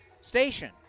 station